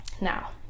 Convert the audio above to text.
Now